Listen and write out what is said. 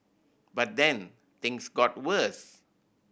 but then things got worse